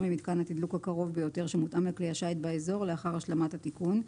ממתקן התדלוק הקרוב ביותר שמותאם לכלי השיט באזור לאחר השלמת התיקון.